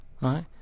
right